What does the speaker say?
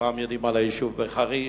כולם יודעים על היישוב בחריש,